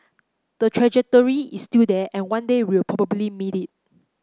the trajectory is still there and one day we'll probably meet it